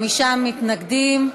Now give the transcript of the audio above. חמישה מתנגדים,